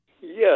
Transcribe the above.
Yes